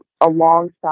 alongside